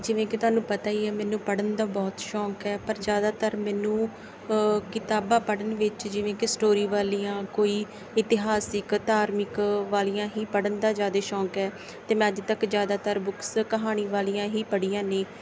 ਜਿਵੇਂ ਕਿ ਤੁਹਾਨੂੰ ਪਤਾ ਹੀ ਹੈ ਮੈਨੂੰ ਪੜ੍ਹਨ ਦਾ ਬਹੁਤ ਸ਼ੌਂਕ ਹੈ ਪਰ ਜ਼ਿਆਦਾਤਰ ਮੈਨੂੰ ਕਿਤਾਬਾਂ ਪੜ੍ਹਨ ਵਿੱਚ ਜਿਵੇਂ ਕਿ ਸਟੋਰੀ ਵਾਲੀਆਂ ਕੋਈ ਇਤਿਹਾਸਿਕ ਧਾਰਮਿਕ ਵਾਲੀਆਂ ਹੀ ਪੜ੍ਹਨ ਦਾ ਜ਼ਿਆਦਾ ਸ਼ੌਂਕ ਹੈ ਅਤੇ ਮੈਂ ਅੱਜ ਤੱਕ ਜ਼ਿਆਦਾਤਰ ਬੁੱਕਸ ਕਹਾਣੀ ਵਾਲੀਆਂ ਹੀ ਪੜ੍ਹੀਆਂ ਨੇ